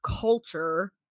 culture